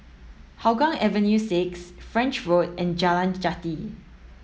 Hougang Avenue six French Road and Jalan Jati